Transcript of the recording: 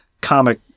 comic